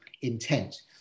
Intent